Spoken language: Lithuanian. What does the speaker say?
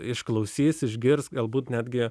išklausys išgirs galbūt netgi